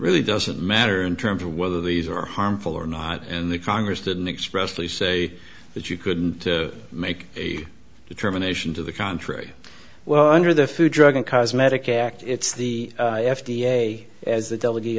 really doesn't matter in terms of whether these are harmful or not and the congress didn't expressively say that you couldn't make a determination to the contrary well under the food drug and cosmetic act it's the f d a as the delegat